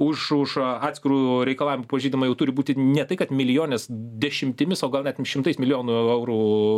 už už atskirų reikalavimų pažeidimą jau turi būti ne tai kad milijoninės dešimtimis o gal net šimtais milijonų eurų